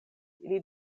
ili